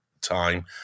time